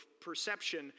perception